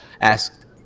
asked